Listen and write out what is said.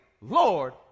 Lord